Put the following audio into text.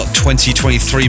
2023